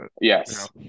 Yes